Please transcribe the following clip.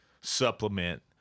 supplement